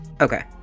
Okay